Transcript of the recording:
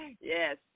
Yes